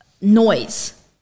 noise